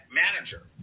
manager